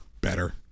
better